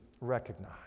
recognize